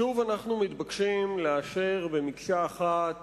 שוב אנחנו מתבקשים לאשר במקשה אחת